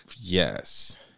yes